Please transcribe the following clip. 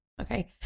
okay